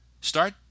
start